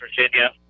Virginia